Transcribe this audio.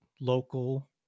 local